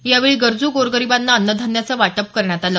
यावेळी गरजू गोरगरिबांना अन्नधान्याचं वाटप करण्यात आलं